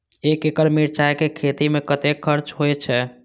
एक एकड़ मिरचाय के खेती में कतेक खर्च होय छै?